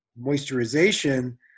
moisturization